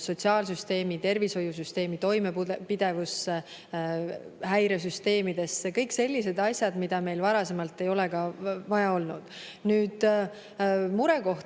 sotsiaalsüsteemi ja tervishoiusüsteemi toimepidevusse, häiresüsteemidesse – kõik sellised asjad, mida meil varasemalt ei ole vaja olnud. Murekoht